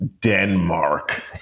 Denmark